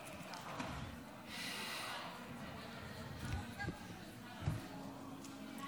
חבריי חברי הכנסת, סיפור אישי